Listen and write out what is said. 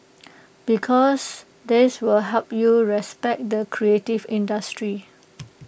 because that will help you respect the creative industry